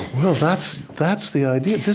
well, that's that's the idea.